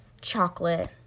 chocolate